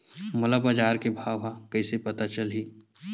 मोला बजार के भाव ह कइसे पता चलही?